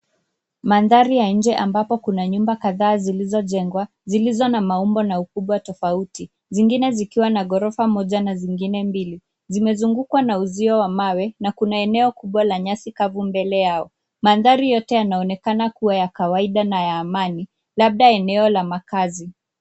Mandhari ya nje ambapo kuna nyumba kadhaa zilizojengwa, zilizo na maumbo na ukubwa tofauti. Zingine zikiwa na ghorofa moja na zingine mbili. Zimezungukwa na uzio wa mawe na kuna eneo kubwa la nyasi kavu mbele yao. Mandhari yote yanaonekana kuwa ya kawaida na ya amani, labda eneo la makazi.